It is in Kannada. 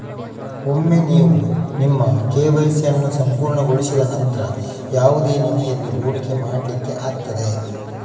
ಒಮ್ಮೆ ನೀವು ನಿಮ್ಮ ಕೆ.ವೈ.ಸಿ ಅನ್ನು ಪೂರ್ಣಗೊಳಿಸಿದ ನಂತ್ರ ಯಾವುದೇ ನಿಧಿಯಲ್ಲಿ ಹೂಡಿಕೆ ಮಾಡ್ಲಿಕ್ಕೆ ಆಗ್ತದೆ